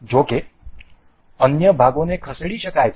જો કે અન્ય ભાગોને ખસેડી શકાય છે